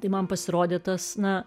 tai man pasirodė tas na